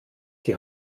die